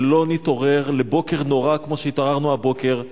שלא נתעורר לבוקר נורא כמו שהתעוררנו הבוקר,